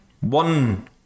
one